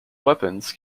weapons